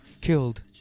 killed